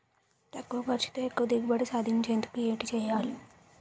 తక్కువ ఖర్చుతో ఎక్కువ దిగుబడి సాధించేందుకు ఏంటి చేయాలి?